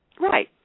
Right